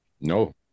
no